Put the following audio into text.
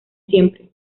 siempre